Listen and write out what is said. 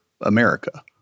America